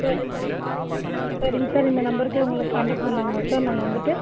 சரிங்க சரிங்க சார் இந்த நம்பருக்கே உங்களுக்கு கான்டக்ட் பண்ணலாங்களா சார் நாங்கள் வந்துவிட்டு